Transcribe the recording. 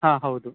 ಹಾಂ ಹೌದು